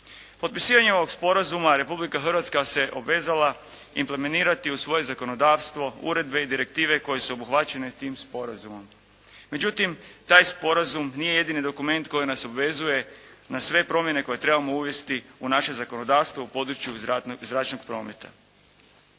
Potpisivanjem ovog sporazuma Republika Hrvatska se obvezala implementirati u svoje zakonodavstvo uredbe i direktive koje su obuhvaćene tim sporazumom. Međutim, taj sporazum nije jedini dokument koji nas obvezuje na sve promjene koje trebamo uvesti u naše zakonodavstvo u području zračnog prometa.